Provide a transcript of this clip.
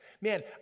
man